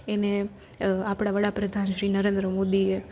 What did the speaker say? એને આપડા વડાપ્રધાન શ્રી નરેન્દ્ર મોદીએ